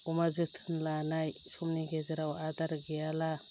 अमा जोथोन लानाय समनि गेजेराव आदार गैयाला